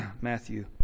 Matthew